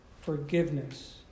forgiveness